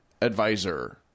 advisor